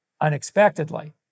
unexpectedly